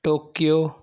Tokyo